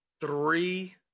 three